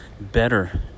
better